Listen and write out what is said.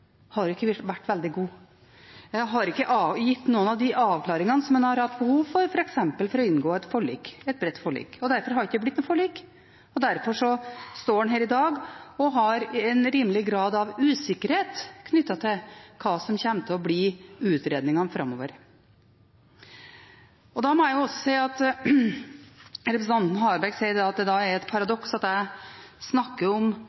har heller ikke vært veldig gode. Det har ikke gitt noen av de avklaringene som en har hatt behov for f.eks. for å inngå et forlik – et bredt forlik. Derfor har det ikke blitt noe forlik, og derfor står en her i dag og har en rimelig grad av usikkerhet knyttet til hva som kommer til å bli utredningene framover. Representanten Harberg sier at det er et paradoks at jeg snakker om at det er skapt usikkerhet over flere år når det